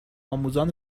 آموزان